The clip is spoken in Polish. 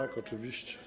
Tak, oczywiście.